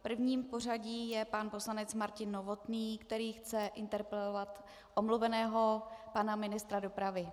Prvním v pořadí je pan poslanec Martin Novotný, který chce interpelovat omluveného pana ministra dopravy.